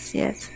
yes